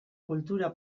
kultura